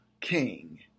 king